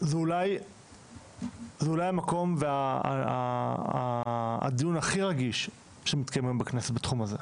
זה אולי המקום והדיון הכי רגיש שמתקיים היום בכנסת בתחום הזה,